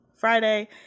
Friday